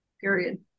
period